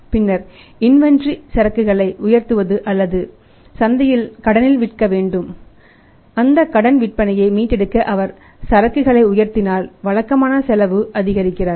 பின்னர் இன்வெண்டரி சரக்குகளை உயர்த்துவது அல்லது சந்தையில் கடனில் விற்க வேண்டும் அந்தகடன் விற்பனையை மீட்டெடுக்க அவர் சரக்குகளை உயர்த்தினால் வழக்கமான செலவை அதிகரிக்கிறார்